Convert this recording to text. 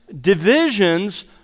divisions